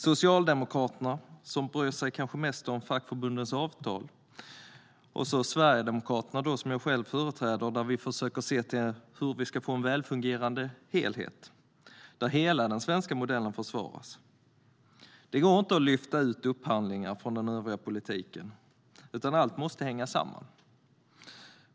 Socialdemokraterna bryr sig kanske mest om fackförbundens avtal. Sverigedemokraterna, som jag själv företräder, försöker dock se till hur vi ska få en välfungerande helhet, där hela den svenska modellen försvaras. Det går inte att lyfta ut upphandlingar från den övriga politiken, utan allt måste hänga samman.